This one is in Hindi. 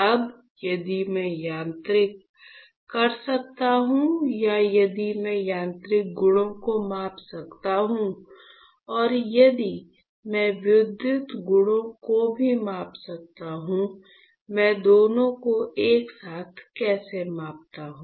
अब यदि मैं यांत्रिक कर सकता हूं या यदि मैं यांत्रिक गुणों को माप सकता हूं और यदि मैं विद्युत गुणों को भी माप सकता हूं मैं दोनों को एक साथ कैसे मापता हूं